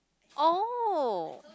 oh